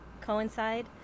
coincide